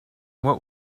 what